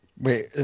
Wait